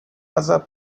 other